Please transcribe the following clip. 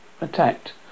attacked